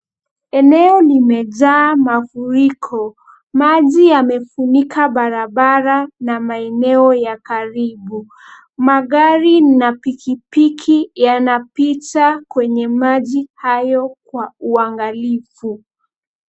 Eneo limejaa mafuriko. Maji yamefunika barabara na maeneo ya karibu. Magari na pikipiki yanapita kwenye maji hayo kwa uangalifu.